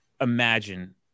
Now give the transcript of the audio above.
imagine